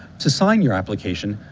to sign your application,